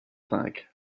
cinq